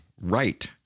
right